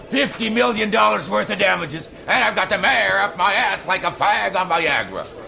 fifty million dollars worth of damages, and i got the mayor up my ass like a fag on viagra.